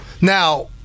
Now